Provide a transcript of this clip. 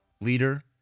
leader